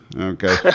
Okay